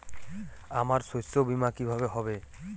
আমার শস্য বীমা কিভাবে হবে?